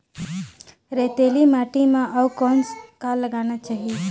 रेतीली माटी म अउ कौन का लगाना चाही?